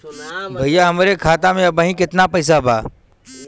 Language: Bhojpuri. भईया हमरे खाता में अबहीं केतना पैसा बा?